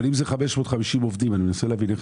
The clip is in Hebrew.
אבל אם אלה 550 עובדים, אני מנסה להבין.